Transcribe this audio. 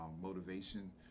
motivation